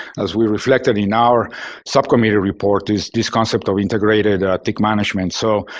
as we reflected in our subcommittee report, is this concept of integrated tick management. so,